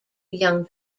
young